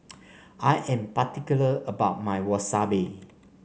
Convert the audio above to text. I am particular about my Wasabi